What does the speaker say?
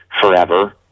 forever